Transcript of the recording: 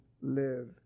live